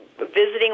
visiting